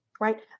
right